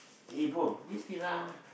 eh bro this Fila